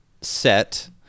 set